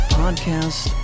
podcast